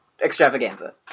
extravaganza